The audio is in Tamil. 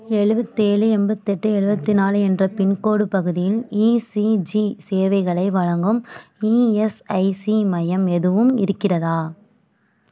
எழுபத்து ஏழு எண்பத்து எட்டு எழுபத்து நாலு என்ற பின்கோடு பகுதியில் இசிஜி சேவைகளை வழங்கும் இஎஸ்ஐசி மையம் எதுவும் இருக்கிறதா